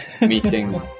meeting